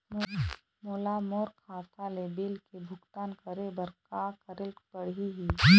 मोला मोर खाता ले बिल के भुगतान करे बर का करेले पड़ही ही?